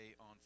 on